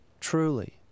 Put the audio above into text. truly